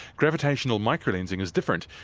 gravitational microlensing is different,